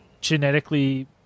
genetically